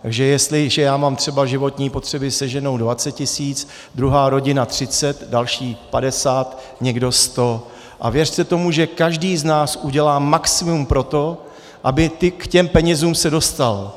Takže jestliže já mám třeba životní potřeby se ženou 20 tisíc, druhá rodina 30, další 50, někdo 100 a věřte tomu, že každý z nás udělá maximum pro to, aby se k těm penězům dostal.